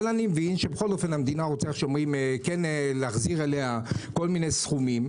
אבל אני מבינה שהמדינה רוצה שכן יחזירו לה כל מיני סכומים,